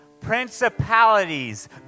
Principalities